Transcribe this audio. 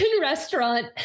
restaurant